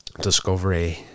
Discovery